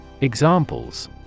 Examples